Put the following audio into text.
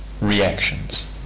reactions